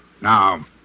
Now